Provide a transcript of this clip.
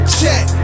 check